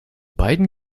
beiden